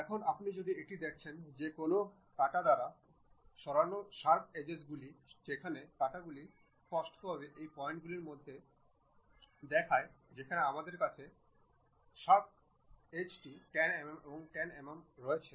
এখন আপনি যদি এটি দেখছেন যে কোনও কাটা দ্বারা সরানো শার্প এজেস গুলি যেখানে কাটাগুলি স্পষ্টভাবে এই পয়েন্টগুলির মধ্যে দূরত্বটি দেখায় যেখানে আমাদের কাছে চ্যাম্পারটি 10 mm এবং 10 mm আছে